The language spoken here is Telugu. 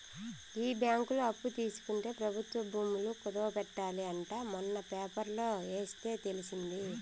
ఈ బ్యాంకులో అప్పు తీసుకుంటే ప్రభుత్వ భూములు కుదవ పెట్టాలి అంట మొన్న పేపర్లో ఎస్తే తెలిసింది